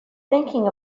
thinking